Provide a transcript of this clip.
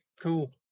cool